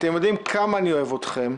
אתם יודעים כמה אני אוהב אתכם,